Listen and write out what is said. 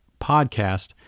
podcast